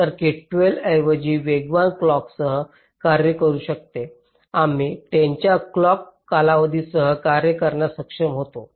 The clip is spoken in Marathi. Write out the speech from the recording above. सर्किट 12 ऐवजी वेगवान क्लॉकासह कार्य करू शकते आम्ही 10 च्या क्लॉक कालावधीसह कार्य करण्यास सक्षम होतो